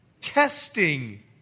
Testing